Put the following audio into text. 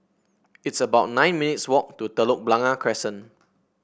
it's about nine minutes' walk to Telok Blangah Crescent